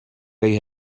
they